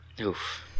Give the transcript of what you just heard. Oof